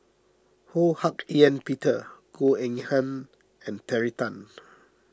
Ho Hak Ean Peter Goh Eng Han and Terry Tan